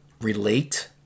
relate